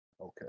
Okay